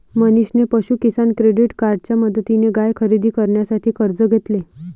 मनीषने पशु किसान क्रेडिट कार्डच्या मदतीने गाय खरेदी करण्यासाठी कर्ज घेतले